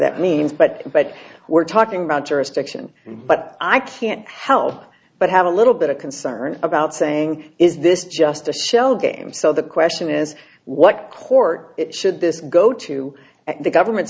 that means but but we're talking about jurisdiction but i can't help but have a little bit of concern about saying is this just a shell game so the question is what court should this go to the government